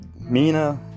Mina